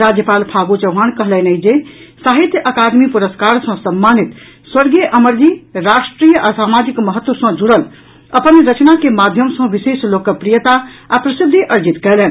राज्यपाल फागू चौहान कहलनि अछि जे साहित्य अकादमी पुरस्कार सँ सम्मानित स्वर्गीय अमर जी राष्ट्रीय आ सामाजिक महत्व सँ जुड़ल अपन रचना के माध्यम सँ विशेष लोकप्रियता आ प्रसिद्धि अर्जित कयलनि